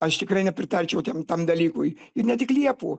aš tikrai nepritarčiau tiem tam dalykui ir ne tik liepų